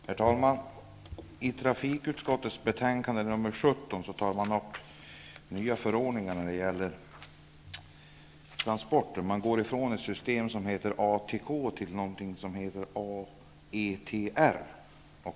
Herr talman! I trafikutskottets betänkande TU17 tas upp nya förordningar när det gäller transporter. Man går ifrån ett system som heter ATK till ett system som heter AETR.